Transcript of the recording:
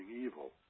evil